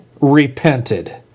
repented